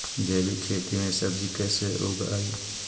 जैविक खेती में सब्जी कैसे उगइअई?